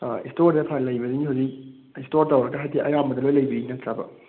ꯏꯁꯇꯣꯔꯗ ꯂꯩꯕꯁꯤꯡꯁꯦ ꯍꯧꯖꯤꯛ ꯏꯁꯇꯣꯔ ꯇꯧꯔꯒ ꯍꯥꯏꯗꯤ ꯑꯌꯥꯝꯕꯅ ꯂꯣꯏ ꯂꯩꯕꯤꯔꯤ ꯅꯠꯇ꯭ꯔꯥꯕ